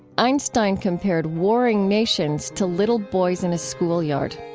einstein compared warring nations to little boys in a schoolyard.